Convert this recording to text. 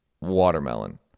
Watermelon